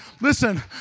listen